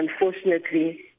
unfortunately